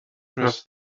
cross